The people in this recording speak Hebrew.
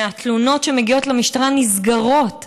מהתלונות שמגיעות למשטרה, שנסגרים.